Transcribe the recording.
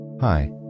Hi